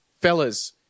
fellas